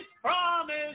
promise